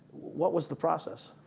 what was the process?